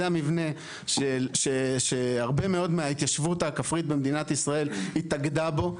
זה המבנה שהרבה מאוד מההתיישבות הכפרית במדינת ישראל התאגדה בו.